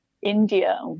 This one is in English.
india